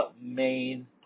main